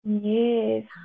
Yes